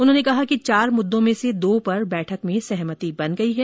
उन्होंने कहा कि चार मुददों में से दो पर बैठक में सहमति बन गई है